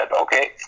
Okay